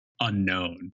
unknown